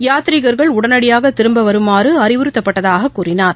யாத்திரிகர்கள் உடனடியாகதிரும்புவமாறுஅறிவுறுத்தப்பட்டதாகக் கூறினார்